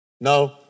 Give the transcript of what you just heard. No